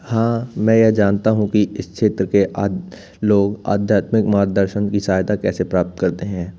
हाँ मैं यह जानता हूँ कि इस क्षेत्र के आधे लोग आध्यात्मिक मार्गदर्शन की सहायता कैसे प्राप्त करते हैं